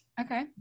Okay